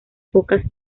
pocas